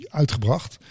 uitgebracht